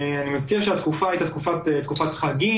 אני אזכיר שהתקופה הייתה תקופת חגים,